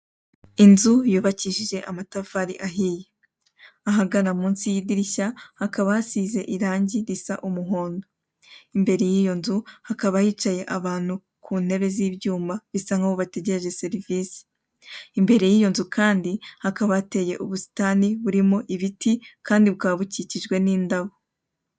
Inzu yubakishije amatafari ariye, ahagana munsi y'idirishya hakaba hasize irange risa umuhondo, imbere y'iyo nzu hakaba hicaye abantu ku ntebe z'ibyuma bisa nk'aho bategereje serivise. Imbere y'iyo nzu kandi hababa hateye ubusitani burimo ibiti kandi bukaba bukikijwe n'indabo.